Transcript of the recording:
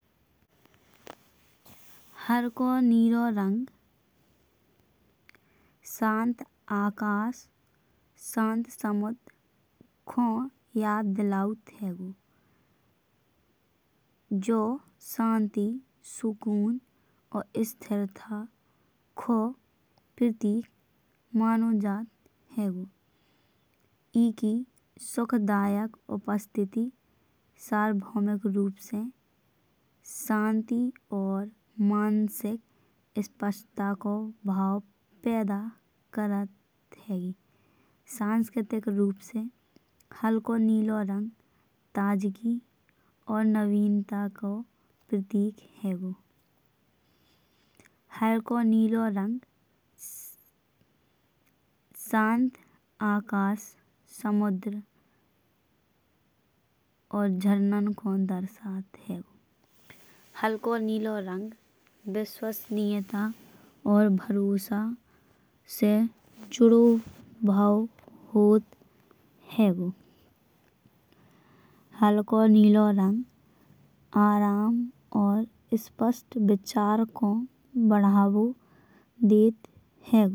हरको नीला रंग शांत अकास शांत समुद्र को याद दिलावत हैंगो। जो शांति सुकून और स्थिरता को प्रतीक मानों जात हैंगो। एकी सुखदायक उपस्थिति सर्वभौमिक रूप से शांति। और मानसिक स्पष्टता को भाव पैदा करत हैंगी। सांस्कृतिक रूप से हलको नीला रंग ताजगी और नवीनता को प्रतीक हैंगो। हलको नीला रंग शांत आकाश समुद्र और झरनन को दर्शत है। हलको नीला रंग विश्वासनीयता और भरोसा से छूरो भाव होत हैंगो। हलको नीला रंग आराम और स्पष्ट विचारन को बढ़ावो देत हैंगो।